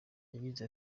yagize